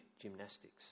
gymnastics